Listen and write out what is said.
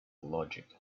logic